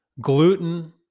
Gluten